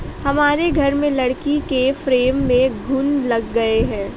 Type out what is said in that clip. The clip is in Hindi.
हमारे घर में लकड़ी के फ्रेम में घुन लग गए हैं